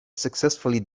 successfully